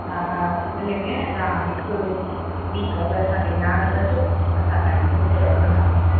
हा हा भले भेण तव्हां हिकु वीक अॻु असांखे ॼाण कजो असां तव्हांजी बुक रखंदासी